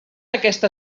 aquesta